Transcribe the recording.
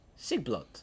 Sigblot